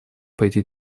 пойти